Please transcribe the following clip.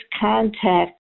contact